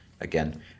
again